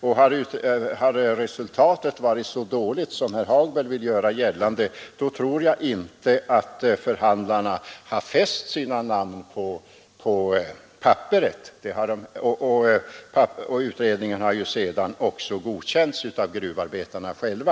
Om resultatet varit så dåligt som herr Hagberg vill göra gällande, tror jag inte att förhandlarna skulle ha fäst sina namn på papperet. Utredningens resultat har ju sedan även godkänts av gruvarbetarna själva.